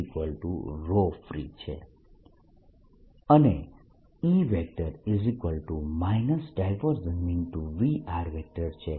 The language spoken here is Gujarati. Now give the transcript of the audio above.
Dfree છે અને E V છે